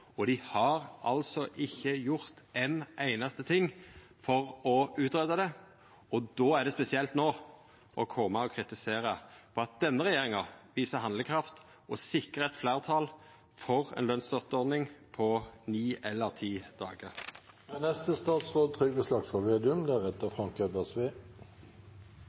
Då er det spesielt no å koma og kritisera at denne regjeringa viser handlekraft og sikrar fleirtal for ei lønsstøtteordning på ni eller ti dagar.